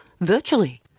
virtually